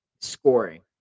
scoring